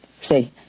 See